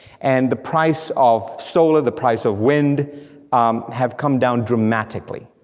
and the price of solar, the price of wind have come down dramatically,